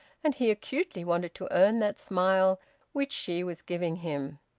and he acutely wanted to earn that smile which she was giving him.